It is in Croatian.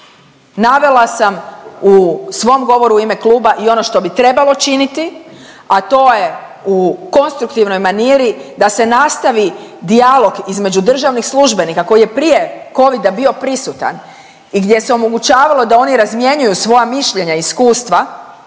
Navela sam u svom govoru u ime kluba i ono što bi trebalo činiti, a to je u konstruktivnoj maniri da se nastavi dijalog između državnih službenika koji je prije covida bio prisutan i gdje se omogućavalo da oni razmjenjuju svoja mišljenja i iskustva